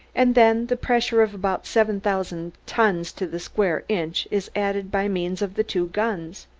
and then the pressure of about seven thousand tons to the square inch is added by means of the two guns.